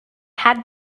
had